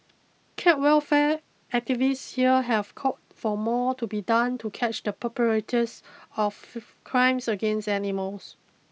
cat welfare activists here have called for more to be done to catch the perpetrators of crimes against animals